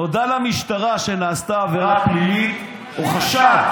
נודע למשטרה שנעשתה עבירה פלילית או חשד,